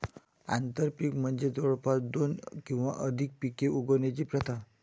आंतरपीक म्हणजे जवळपास दोन किंवा अधिक पिके उगवण्याची प्रथा